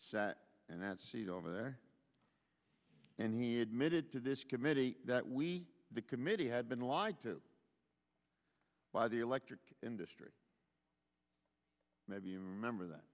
sat and that seat over there and he admitted to this committee that we the committee had been lied to by the electric industry maybe a member that